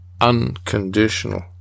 unconditional